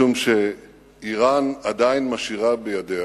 משום שאירן עדיין משאירה בידיה